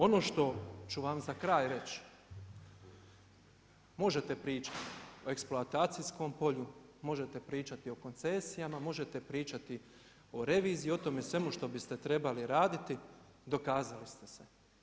Ono što ću vam za kraj reći, možete pričati o eksploatacijskom polju, možete pričati o koncesijama, možete pričati o reviziji, o tome svemu što biste trebali raditi, dokazali ste se.